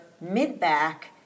mid-back